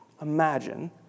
imagine